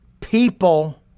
people